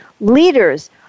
leaders